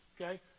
Okay